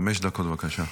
חמש דקות, בבקשה.